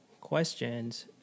questions